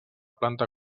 planta